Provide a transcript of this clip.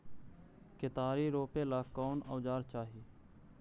केतारी रोपेला कौन औजर चाही?